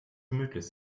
gemütlich